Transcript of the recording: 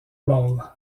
bowl